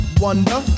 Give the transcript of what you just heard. wonder